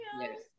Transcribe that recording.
Yes